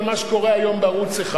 על מה שקורה היום בערוץ-1.